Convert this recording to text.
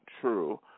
true